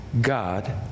God